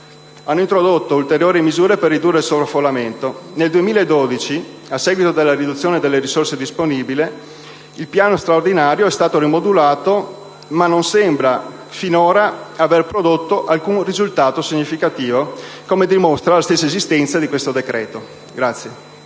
hanno introdotto ulteriori misure per ridurre il sovraffollamento. Nel 2012, a seguito della riduzione delle risorse disponibili, il piano straordinario è stato rimodulato, ma non sembra finora aver prodotto alcun risultato significativo, come dimostra la stessa esistenza di questo decreto.